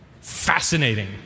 Fascinating